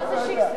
מה זה שיקסע?